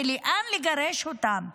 ולאן לגרש אותם?